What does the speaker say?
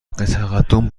تقدم